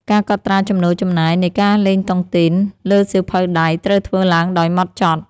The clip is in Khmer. ការកត់ត្រាចំណូលចំណាយនៃការលេងតុងទីនលើសៀវភៅដៃ ត្រូវធ្វើឡើងដោយហ្មត់ចត់។